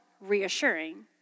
reassuring